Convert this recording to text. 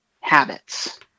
habits